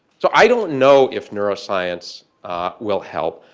so i don't know if neuroscience will help,